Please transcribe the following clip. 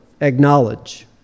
acknowledge